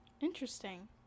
Interesting